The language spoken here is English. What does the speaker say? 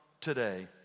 today